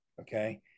Okay